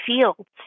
fields